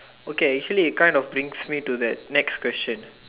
okay actually it kind of brings me to the next question